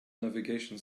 navigation